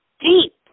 deep